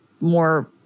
more